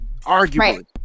Arguably